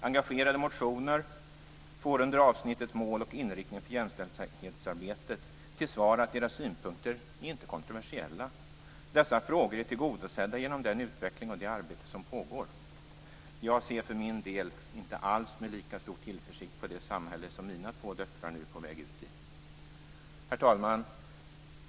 Engagerade motioner får under avsnittet Mål och inriktning för jämställdhetsarbetet till svar: Deras synpunkter "är inte kontroversiella" och "dessa frågor är tillgodosedda genom den utveckling och det arbete som pågår". Jag ser för min del inte alls med lika stor tillförsikt på det samhälle som mina två döttrar nu är på väg ut i. Herr talman!